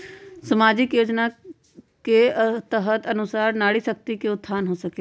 सामाजिक योजना के तहत के अनुशार नारी शकति का उत्थान हो सकील?